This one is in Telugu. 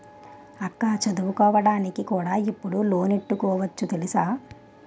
అక్కా చదువుకోడానికి కూడా ఇప్పుడు లోనెట్టుకోవచ్చు తెలుసా?